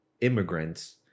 immigrants